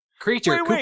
Creature